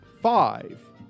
five